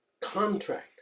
contract